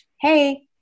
Hey